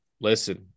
Listen